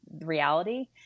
reality